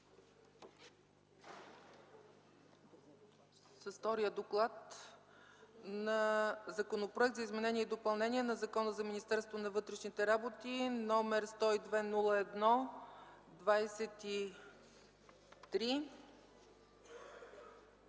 първо гласуване Законопроект за изменение и допълнение на Закона за Министерството на вътрешните работи, № 102-01-23,